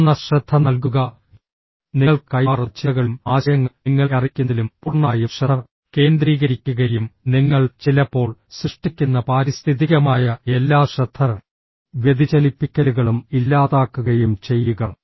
പൂർണ്ണ ശ്രദ്ധ നൽകുക നിങ്ങൾക്ക് കൈമാറുന്ന ചിന്തകളിലും ആശയങ്ങൾ നിങ്ങളെ അറിയിക്കുന്നതിലും പൂർണ്ണമായും ശ്രദ്ധ കേന്ദ്രീകരിക്കുകയും നിങ്ങൾ ചിലപ്പോൾ സൃഷ്ടിക്കുന്ന പാരിസ്ഥിതികമായ എല്ലാ ശ്രദ്ധ വ്യതിചലിപ്പിക്കലുകളും ഇല്ലാതാക്കുകയും ചെയ്യുക